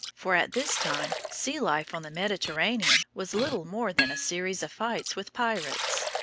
for at this time sea life on the mediterranean was little more than a series of fights with pirates.